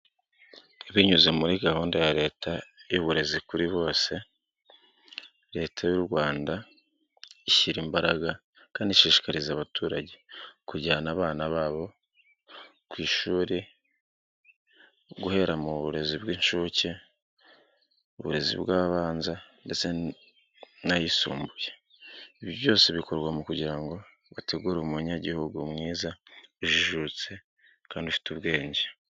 Binyuze muri gahunda ya Leta y'uburezi kuri bose, Leta y'u Rwanda ishyira imbaraga kandi ishishikariza abaturage kujyana abana babo ku ishuri guhera mu burezi bw'inshuke, uburezi bw'abanza ndetse n'ayisumbuye. Ibi byose bikorwa kugira ngo bategure umunyagihugu mwiza ujijutse kandi ufite ubwenge.